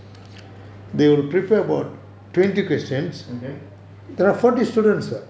okay